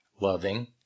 Loving